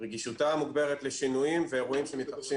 רגישותה המוגברת לשינויים ואירועים שמתרחשים